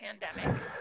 pandemic